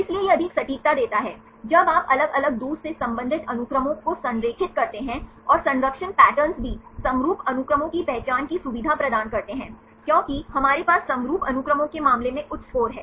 इसलिए यह अधिक सटीकता देता है जब आप अलग अलग दूर से संबंधित अनुक्रमों को संरेखित करते हैं और संरक्षण पैटर्न्स भी समरूप अनुक्रमों की पहचान की सुविधा प्रदान करते हैं क्योंकि हमारे पास समरूप अनुक्रमों के मामले में उच्च स्कोर है